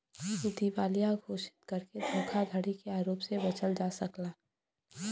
दिवालिया घोषित करके धोखाधड़ी के आरोप से बचल जा सकला